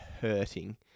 hurting